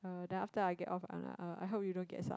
uh then after I get off I'm like uh I hope you don't get sum~